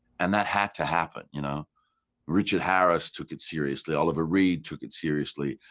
and that had to happen. you know richard harris took it seriously, oliver reed took it seriously.